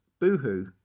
Boohoo